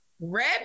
Red